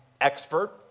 expert